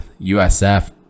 USF